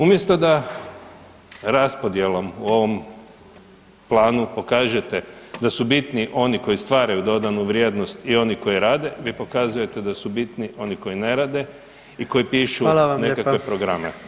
Umjesto da raspodjelom u ovom planu pokažete da su bitni oni koji stvaraju dodanu vrijednost i oni koji rade, vi pokazujete da su bitni oni koji ne rade i koji pišu nekakve programe.